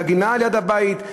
לגינה על יד הבית,